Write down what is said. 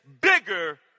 bigger